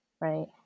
right